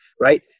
right